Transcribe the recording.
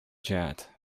jet